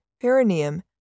perineum